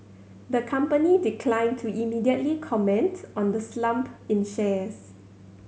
the company declined to immediately comment on the slump in shares